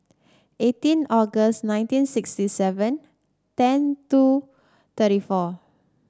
eighteen August nineteen sixty seven ten two thirty four